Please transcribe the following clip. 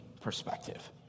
perspective